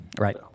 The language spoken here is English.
Right